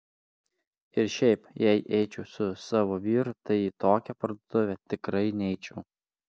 ir šiaip jei eičiau su savo vyru tai į tokią parduotuvę tikrai neičiau